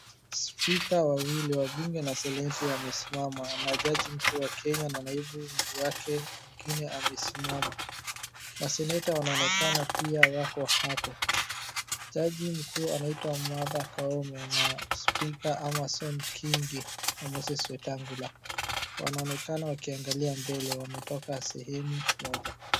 Spika wawili wa Bunge na Seneti wamesimama na Jaji Mkuu wa Kenya na naibu wake mwingine pia amesimama. Waseneta wapo pamoja hapo. Jaji Mkuu anaitwa Martha Koome, na Spika wa Bunge ni Amazon King, wakati Spika wa Seneti ni Moses Wetangula. Wanaonekana wakitazama mbele, wakitoka sehemu moja.